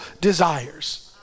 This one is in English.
desires